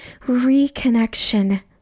reconnection